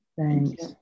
Thanks